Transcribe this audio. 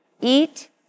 eat